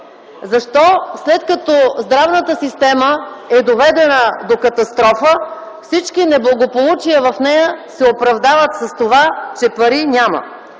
Защо след като здравната система е доведена до катастрофа, всички неблагополучия в нея се оправдават с това, че пари няма?